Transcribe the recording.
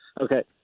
Okay